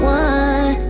one